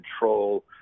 control